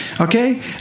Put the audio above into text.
Okay